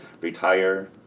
retire